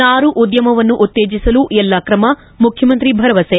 ನಾರು ಉದ್ಯಮವನ್ನು ಉತ್ತೇಜಿಸಲು ಎಲ್ಲ ಕ್ರಮ ಮುಖ್ಯಮಂತ್ರಿ ಭರವಸೆ